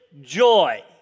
joy